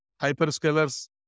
hyperscalers